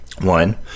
One